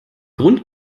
grund